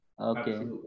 Okay